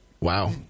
Wow